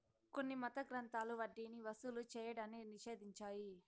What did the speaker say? కొన్ని మత గ్రంథాలు వడ్డీని వసూలు చేయడాన్ని నిషేధించాయి